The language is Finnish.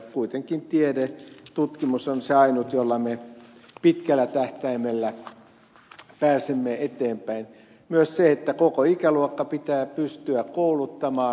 kuitenkin tiede tutkimus on se ainut jolla me pitkällä tähtäimellä pääsemme eteenpäin myös se että koko ikäluokka pitää pystyä kouluttamaan